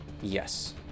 Yes